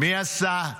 מי עשה,